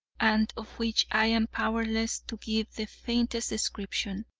and of which i am powerless to give the faintest description.